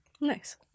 Nice